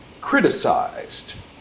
criticized